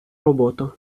роботу